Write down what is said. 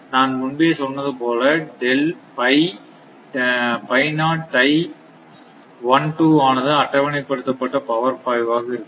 நான் முன்பே சொன்னது போல ஆனது ஒரு அட்டவணைப்படுத்தப்பட்ட பவர் பாய்வாக இருக்கும்